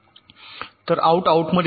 तर आउट आउटमध्ये जाईल